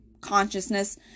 consciousness